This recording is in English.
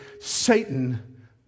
satan